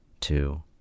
two